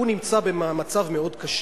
הוא נמצא במצב מאוד קשה.